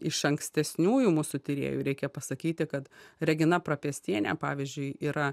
iš ankstesniųjų mūsų tyrėjų reikia pasakyti kad regina prapiestienė pavyzdžiui yra